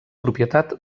propietat